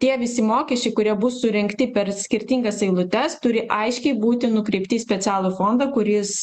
tie visi mokesčiai kurie bus surinkti per skirtingas eilutes turi aiškiai būti nukreipti į specialų fondą kuris